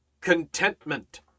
contentment